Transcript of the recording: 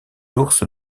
ours